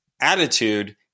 attitude